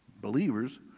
Believers